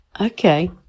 okay